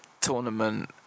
tournament